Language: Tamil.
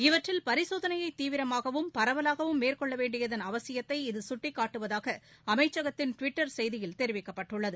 இவற்றில் பரிசோதனையை தீவிரமாகவும் பரவலாகவும் மேற்கொள்ள வேண்டியதன் அவசியத்தை இது சுட்டிக்காட்டுவதாக அமைச்சகத்தின் டுவிட்டர் செய்தியில் தெரிவிக்கப்பட்டுள்ளது